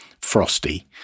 frosty